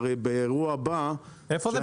כי הרי באירוע הבא --- איפה זה?